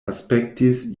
aspektis